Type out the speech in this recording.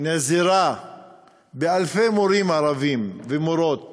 נעזרה באלפי מורים ומורות